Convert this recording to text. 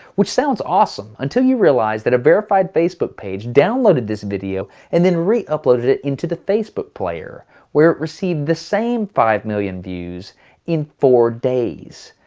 which sounds awesome until you realize that a verified facebook page downloaded this video and then re-uploaded it into the facebook player where it received the same five million views in four days.